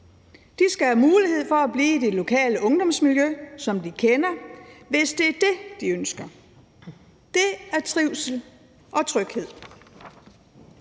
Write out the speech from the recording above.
De skal have mulighed for at blive i det lokale ungdomsmiljø, som de kender, hvis det er det, de ønsker. Det er trivsel og tryghed.